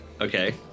Okay